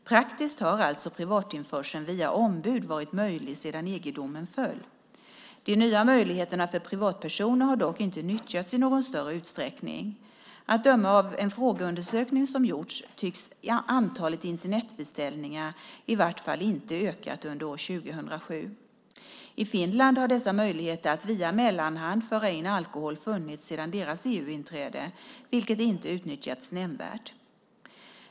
Praktiskt har alltså privatinförseln via ombud varit möjlig sedan EG-domen föll. De nya möjligheterna för privatpersoner har dock inte nyttjats i någon större utsträckning. Att döma av en frågeundersökning som gjorts tycks antalet Internetbeställningar i vart fall inte ha ökat under år 2007. I Finland har dessa möjligheter att via mellanhand föra in alkohol funnits sedan deras EU-inträde, vilket inte utnyttjats nämnvärt.